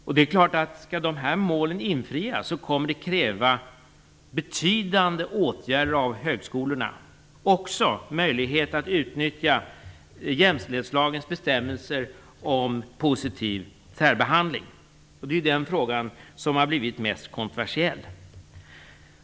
Om dessa mål skall infrias kommer det självfallet att krävas betydande åtgärder av högskolorna, liksom möjlighet att utnyttja jämställdhetslagens bestämmelser om positiv särbehandling. Det är den fråga som har blivit mest kontroversiell.